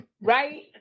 Right